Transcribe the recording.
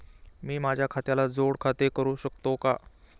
मी माझ्या खात्याला जोड खाते करू शकतो का?